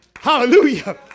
Hallelujah